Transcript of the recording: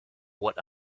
what